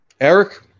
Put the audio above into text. Eric